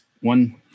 one